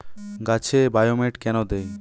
গাছে বায়োমেট কেন দেয়?